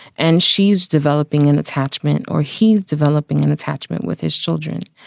and she's developing an attachment or he's developing an attachment with his children.